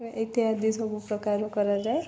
ଇତ୍ୟାଦି ସବୁ ପ୍ରକାର କରାଯାଏ